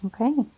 Okay